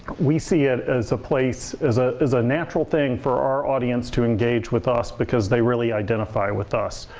we see it as a place as a place, as a natural thing for our audience to engage with us because they really identify with us.